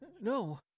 No